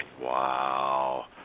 Wow